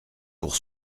pour